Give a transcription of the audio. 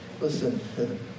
listen